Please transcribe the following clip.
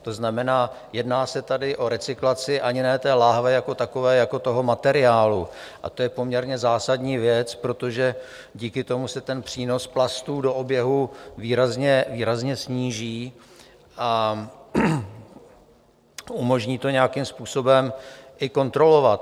To znamená, jedná se tady o recyklaci ani ne té láhve jako takové, jako toho materiálu, a to je poměrně zásadní věc, protože díky tomu se přínos plastů do oběhu výrazně, výrazně sníží a umožní to nějakým způsobem i kontrolovat.